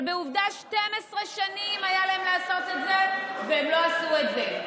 אבל עובדה ש-12 שנים היו להם לעשות את זה והם לא עשו את זה.